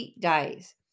days